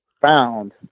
found